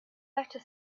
better